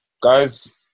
guys